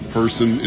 person